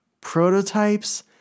Prototypes